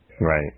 Right